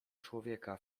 człowieka